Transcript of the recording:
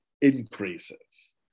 increases